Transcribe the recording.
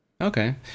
Okay